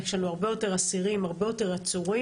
יש לנו הרבה יותר אסירים, הרבה יותר עצורים.